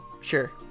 Sure